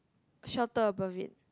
shelter above it